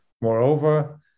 Moreover